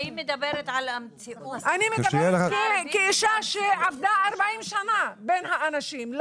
אני מדברת כאישה שעבדה 40 שנה בין האנשים,